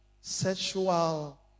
sexual